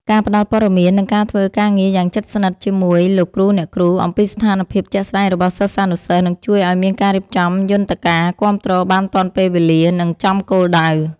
ការផ្ដល់ព័ត៌មាន និងការធ្វើការងារយ៉ាងជិតស្និទ្ធជាមួយលោកគ្រូអ្នកគ្រូអំពីស្ថានភាពជាក់ស្តែងរបស់សិស្សានុសិស្ស នឹងជួយឱ្យមានការរៀបចំយន្តការគាំទ្របានទាន់ពេលវេលា និងចំគោលដៅ។